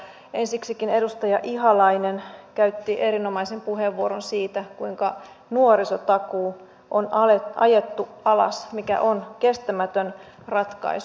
ensiksikin edustaja ihalainen käytti erinomaisen puheenvuoron siitä kuinka nuorisotakuu on ajettu alas mikä on kestämätön ratkaisu